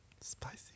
Spicy